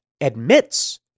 admits